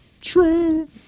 True